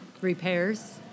repairs